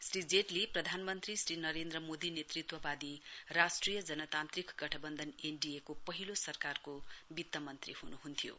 श्री जट्ली प्रधानमन्त्री श्री नरेन्द्र मोदी नेतृत्ववादी राष्ट्रिय जनतान्त्रिक गठबन्धन एनडीएको पहिलो सरकारको विच्च मन्त्री हुनुहुन्थ्यो